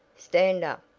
stand up!